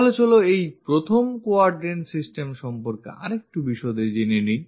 তাহলে চলো এই প্রথম quadrant system সম্পর্কে আরেকটু বিশদে জেনে নিই